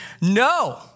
No